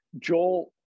Joel